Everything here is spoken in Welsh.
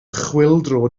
chwyldro